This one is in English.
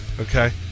Okay